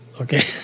Okay